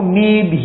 need